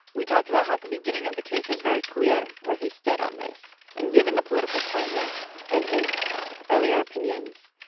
we talked about how, at the beginning of the case, it was very clear where he stood on this. and given the political climate and his earlier opinions,